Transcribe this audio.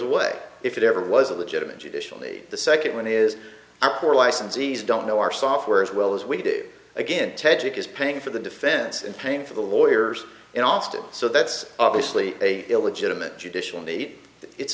away if it ever was a legitimate judicially the second one is i'm sure licensees don't know our software as well as we do again ted is paying for the defense and paying for the lawyers in austin so that's obviously a illegitimate judicial need it's